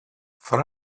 for